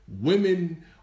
Women